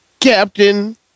Captain